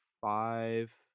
five